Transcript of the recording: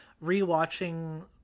re-watching